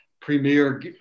premier